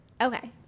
Okay